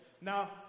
Now